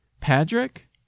Patrick